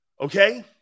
Okay